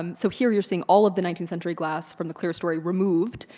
um so here, you're seeing all of the nineteenth century glass from the clear story removed.